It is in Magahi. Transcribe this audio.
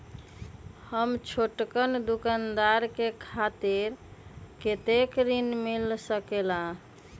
हम छोटकन दुकानदार के खातीर कतेक ऋण मिल सकेला?